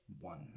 one